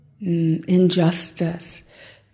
injustice